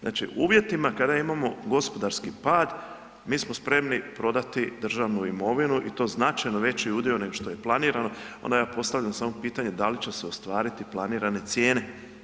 Znači, u uvjetima kada imamo gospodarski pad, mi smo spremni prodati državnu imovinu i to značajno veći udio nego što je planirano, onda ja postavljam samo pitanje da li će se ostvariti planirane cijene?